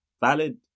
valid